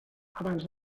abans